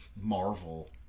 marvel